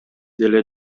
деле